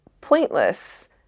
pointless